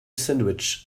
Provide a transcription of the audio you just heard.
sandwich